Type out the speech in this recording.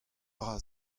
dra